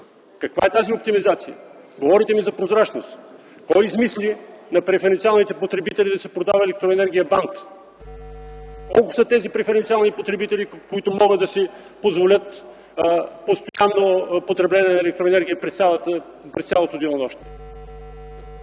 Каква е тази оптимизация? Говорите ми за прозрачност. Кой измисли на преференциалните потребители да се продава електроенергия band? Колко са тези преференциални потребители, които могат да си позволят постоянно потребление на електроенергия през цялото денонощие?